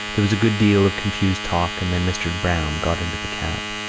there was a good deal of confused talk, and then mr. browne got into the cab.